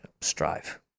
strive